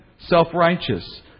Self-righteous